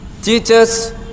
Teachers